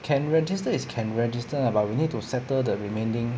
can register is can register lah but we need to settle the remaining